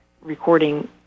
recording